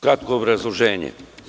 Kratko obrazloženje.